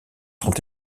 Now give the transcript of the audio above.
sont